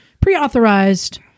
pre-authorized